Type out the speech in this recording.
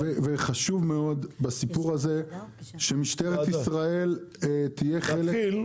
חשוב מאוד בסיפור הזה שמשטרת ישראל תהיה חלק מהדיון הזה.